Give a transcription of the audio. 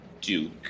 Duke